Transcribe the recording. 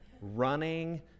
running